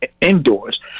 indoors